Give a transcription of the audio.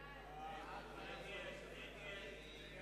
מי בעד, מי נגד, מי